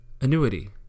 annuity